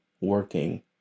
working